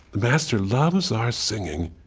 master loves our singing,